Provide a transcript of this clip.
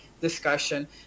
discussion